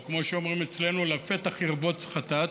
או כמו שאומרים אצלנו: לפתח ירבוץ חטאת.